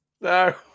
No